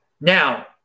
Now